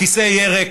הכיסא יהיה ריק,